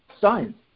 science